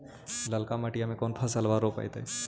ललका मटीया मे कोन फलबा रोपयतय?